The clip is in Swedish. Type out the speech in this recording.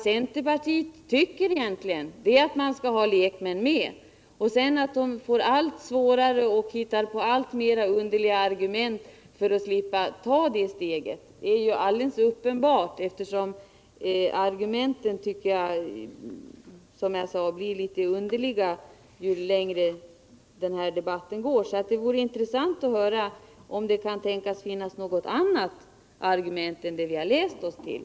Centerpartiet anser tydligen att det skall vara lekmannamedverkan i dessa försäkringsrätter, men ändå hittar man på allt underligare argument för att slippa ta det steget. Det vore intressant att få höra något annat argument än de vi kan läsa oss till.